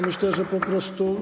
Myślę, że po prostu.